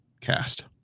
cast